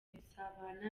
gusabana